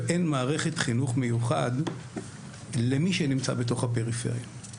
ואין מערכת חינוך מיוחד למי שנמצא בפריפריה.